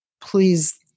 please